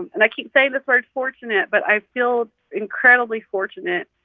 and and i keep saying this word fortunate, but i feel incredibly fortunate